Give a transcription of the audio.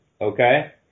okay